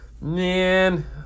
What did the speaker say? man